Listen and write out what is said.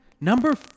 number